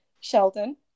sheldon